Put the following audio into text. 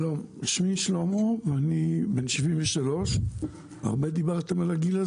שמי שלמה ואני בן 73. הרבה דיברתם על הגיל הזה.